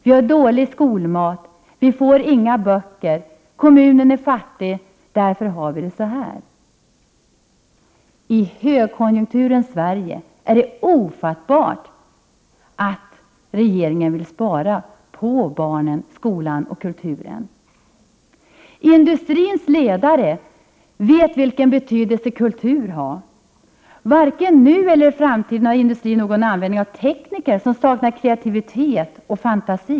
Vi har dålig skolmat. Vi får inga böcker. Kommunen är fattig därför har vi det så här.” I högkonjunkturens Sverige är det ofattbart att regeringen vill spara på barnen, skolan och kulturen. Industrins ledare vet vilken betydelse kulturen har för industrins etablering och utveckling. Varken nu eller i framtiden har industrin någon användning av tekniker som saknar kreativitet och fantasi.